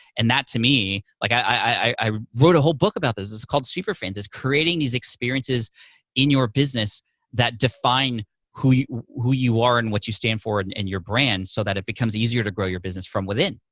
and that, to me, like i wrote a whole book about this. it's called superfans. it's creating these experiences in your business that define who who you are and what you stand for and and your brand so that it becomes easier to grow your business from within,